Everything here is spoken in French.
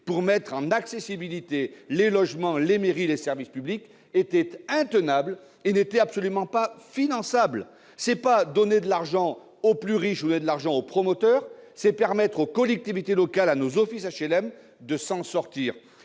pour la mise en accessibilité des logements, des mairies et des services publics étaient intenables et n'étaient absolument pas finançables. Il ne s'agit pas de donner de l'argent aux plus riches ou aux promoteurs, mais de permettre aux collectivités locales et à nos offices d'HLM de s'en sortir.